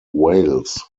wales